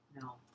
No